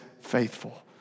faithful